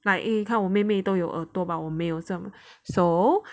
like eh 看我妹妹都有耳朵 but 我没有这样 so